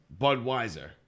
Budweiser